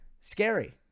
scary